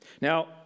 now